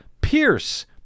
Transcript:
Pierce